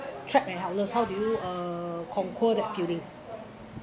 trapped and helpless how did you uh control that feeling